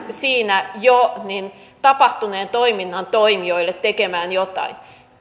siinä jo tapahtuneen toiminnan toimijoille tekemään jotain